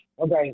Okay